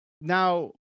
Now